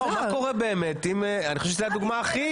אז מה קורה באמת אם אני חושב שזה הדוגמא הכי